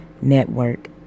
Network